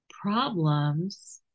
problems